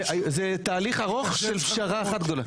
זה תהליך ארוך של פשרה אחת גדולה.